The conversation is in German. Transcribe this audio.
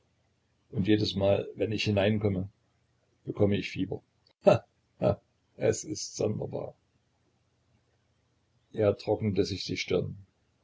und jedesmal wenn ich hineinkomme bekomme ich fieber he he es ist sonderbar er trocknete sich die stirn